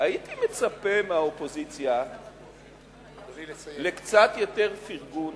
הייתי מצפה מהאופוזיציה לקצת יותר פרגון